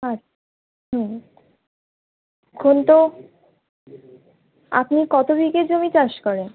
আচ্ছা হুম এখন তো আপনি কত বিঘে জমি চাষ করেন